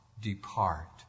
Depart